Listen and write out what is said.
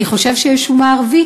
אני חושב שיש אומה ערבית,